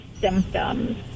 symptoms